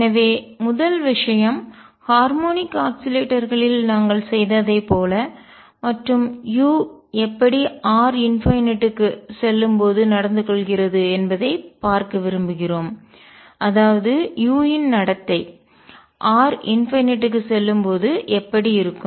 எனவே முதல் விஷயம் ஹார்மோனிக் ஆஸிலேட்டர்களில் நாங்கள் செய்ததைப் போல மற்றும் u எப்படி r இன்பைன்நட் க்கு முடிவிலி செல்லும்போது நடந்து கொள்கிறது என்பதைப் பார்க்க விரும்புகிறோம் அதாவது u இன் நடத்தை r →∞ க்கு செல்லும்போது எப்படி இருக்கும்